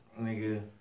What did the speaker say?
nigga